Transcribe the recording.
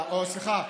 סליחה,